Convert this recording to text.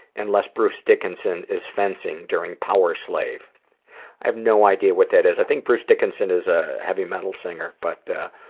unless bruce dickinson is fencing during powerslave. i have no idea what that is. i think bruce dickinson is a heavy metal singer, but,